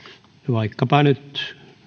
vaikkapa nyt